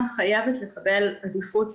אני חייבת להגיד שאנחנו לא